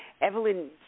Evelyn